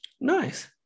Nice